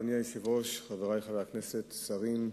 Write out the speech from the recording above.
אדוני היושב-ראש, חברי חברי הכנסת, שרים,